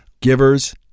givers